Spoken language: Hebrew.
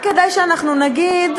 רק כדי שאנחנו נגיד,